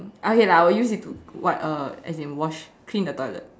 okay lah I would use it to wipe uh as in wash clean the toilet